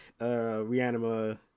Reanima